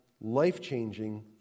life-changing